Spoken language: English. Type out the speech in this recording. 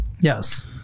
Yes